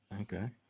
Okay